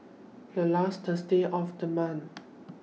The last Thursday of The month